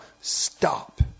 stop